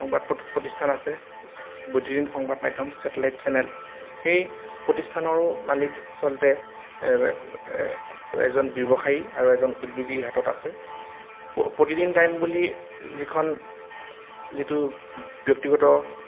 সংবাদ প্ৰতিষ্ঠান আছে বৈদ্যুতিন সংবাদ মাধ্যম ছেটেলাইট চেনেল সেই প্ৰতিষ্ঠানৰো মালিক আচলতে এজন ব্যৱসায়ী আৰু এজন উদ্যোগীৰ হাতত আছে প্ৰতিদিন টাইম বুলি যিখন যিটো ব্যক্তিগত